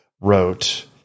wrote